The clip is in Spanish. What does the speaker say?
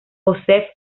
josef